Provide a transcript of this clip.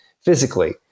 physically